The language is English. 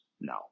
No